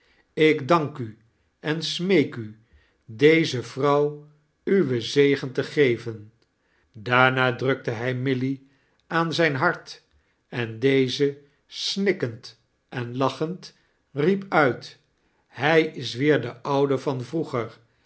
ik dank u en ameek u deze vrouw uwen zegen te geven daarna drukte hij milly aan zijn hart en deze snikkend en laohend riep uit hij is weer de oude van vroeger